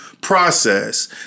process